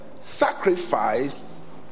sacrifice